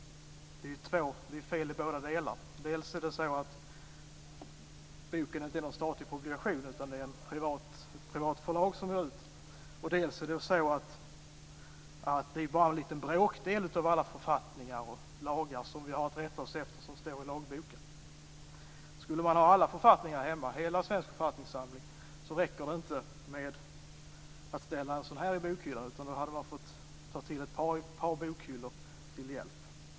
Det är fel i båda delar. Dels är boken inte någon statlig publikation utan ges ut av ett privat förlag, dels är det bara en liten bråkdel av alla författningar och lagar som vi har att rätta oss efter som står i lagboken. Skulle man ha hela Svensk författningssamling hemma räcker det inte att ställa lagboken i bokhyllan, utan då hade man fått ta ett par bokhyllor till hjälp.